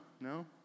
No